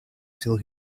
till